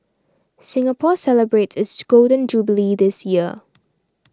Singapore celebrates its Golden Jubilee this year